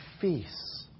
face